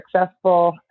successful